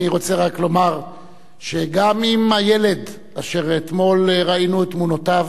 אני רוצה רק לומר שגם אם הילד אשר אתמול ראינו את תמונותיו